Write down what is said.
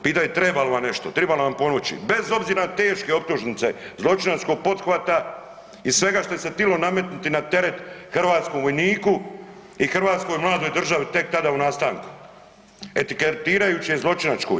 Pitao je triba li vam nešto, triba li vam pomoći bez obzira na teške optužnice zločinačkog pothvata i svega što se htilo nametnuti na teret hrvatskom vojniku i Hrvatskoj mladoj državi tek tada u nastanku etiketirajući je zločinačkom.